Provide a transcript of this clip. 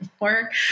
work